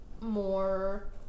more